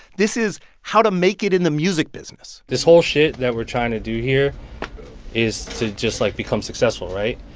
this is how to make it in the music business this whole shit that we're trying to do here is to just, like, become successful, right?